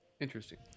interesting